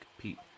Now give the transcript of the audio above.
compete